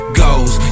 goes